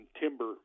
timber